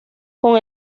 con